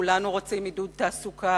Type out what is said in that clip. כולנו רוצים עידוד תעסוקה,